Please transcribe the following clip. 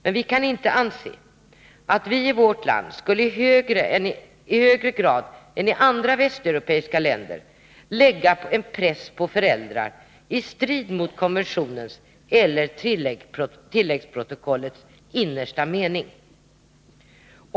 Vi kan dock inte anse att vi i vårt land skulle i högre grad än i andra västeuropeiska länder lägga en press på föräldrar i strid mot konventionens eller tilläggsprotokollets innersta mening.